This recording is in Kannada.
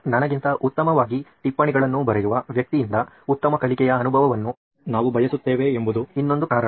ನನಗಿಂತ ಉತ್ತಮವಾಗಿ ಟಿಪ್ಪಣಿಗಳನ್ನು ಬರೆಯುವ ವ್ಯಕ್ತಿಯಿಂದ ಉತ್ತಮ ಕಲಿಕೆಯ ಅನುಭವವನ್ನು ನಾವು ಬಯಸುತ್ತೇವೆ ಎಂಬುದು ಇನ್ನೊಂದು ಕಾರಣ